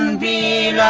and b